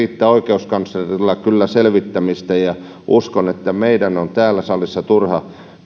riittää oikeuskanslerilla kyllä selvittämistä ja uskon että meidän on täällä salissa turha